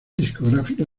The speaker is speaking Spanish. discográfica